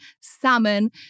salmon